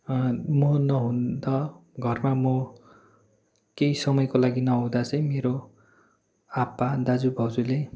म नहुँदा घरमा म केही समयको लागि नहुँदा चाहिँ मेरो आप्पा दाजु भाउजूले